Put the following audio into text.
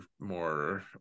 more